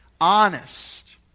honest